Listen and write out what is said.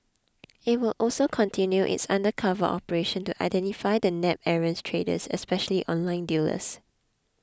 it will also continue its undercover operations to identify and nab errant traders especially online dealers